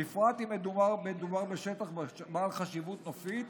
בפרט אם מדובר בשטח בעל חשיבות נופית